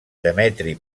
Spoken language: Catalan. demetri